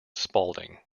spaulding